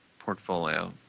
Portfolio